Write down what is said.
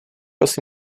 asi